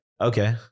okay